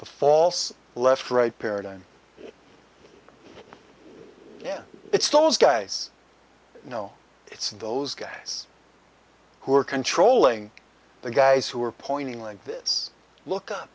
the false left right paradigm yeah it's those guys you know it's those guys who are controlling the guys who are pointing like this look